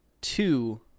two